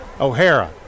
O'Hara